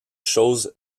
choses